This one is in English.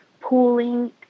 pooling